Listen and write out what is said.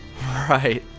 Right